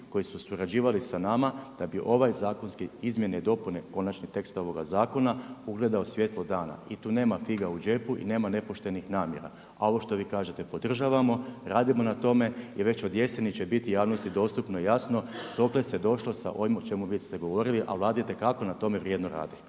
koji su surađivali sa nama da bi ove izmjene i dopune konačni tekst ovoga zakona ugledao svjetlo dana. i tu nema fige u džepu i nema nepoštenih namjera. A ovo što vi kažete podržavamo, radimo na tome i već od jeseni će biti javnosti dostupno i jasno dokle se došlo sa ovime o čemu vi ste govorili a Vlada itekako na tome vrijedno radi.